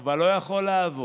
אבל לא יכול לעבוד.